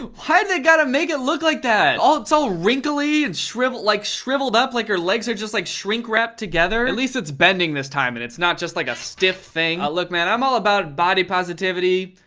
um why'd they gotta make it look like that? oh, it's all wrinkly and shriveled like shriveled up. like her legs are just like shrink-wrapped together. at least it's bending this time and it's not just like a stiff thing. ah look, man, i'm all about body positivity.